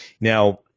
Now